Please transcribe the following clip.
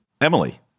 Emily